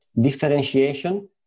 differentiation